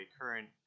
current